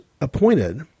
appointed